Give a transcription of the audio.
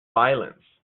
violence